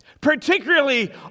particularly